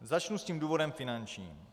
Začnu tím důvodem finančním.